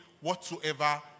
whatsoever